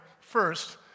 first